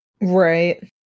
Right